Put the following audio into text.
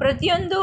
ಪ್ರತಿ ಒಂದು